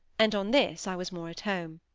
and on this i was more at home.